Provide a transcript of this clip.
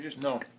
No